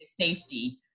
safety